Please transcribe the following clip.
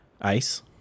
ice